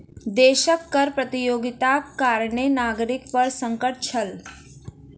देशक कर प्रतियोगिताक कारणें नागरिक पर संकट छल